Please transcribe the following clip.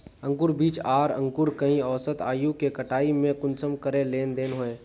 अंकूर बीज आर अंकूर कई औसत आयु के कटाई में कुंसम करे लेन देन होए?